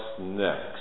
next